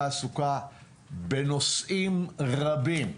בנושאים רבים,